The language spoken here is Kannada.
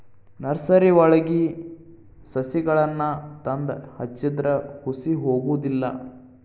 ನರ್ಸರಿವಳಗಿ ಸಸಿಗಳನ್ನಾ ತಂದ ಹಚ್ಚಿದ್ರ ಹುಸಿ ಹೊಗುದಿಲ್ಲಾ